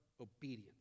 obedience